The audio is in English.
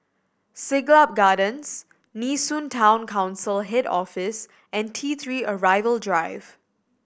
Siglap Gardens Nee Soon Town Council Head Office and T Three Arrival Drive